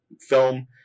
film